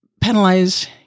penalize